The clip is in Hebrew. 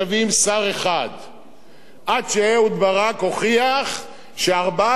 עד שאהוד ברק הוכיח שארבעה שרים שווים ח"כית אחת.